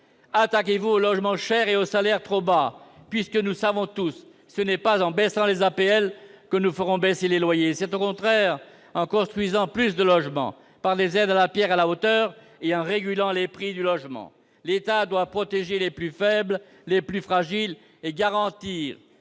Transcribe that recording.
attaquez-vous au logement cher et aux salaires trop bas. Nous savons tous que ce n'est pas en baissant les APL que nous ferons baisser les loyers. Au contraire, c'est en construisant plus de logements, par le biais d'aides à la pierre à la hauteur et en régulant les prix du logement, que nous y parviendrons. L'État doit protéger les plus faibles, les plus fragiles, et garantir